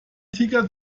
tiger